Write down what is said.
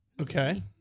Okay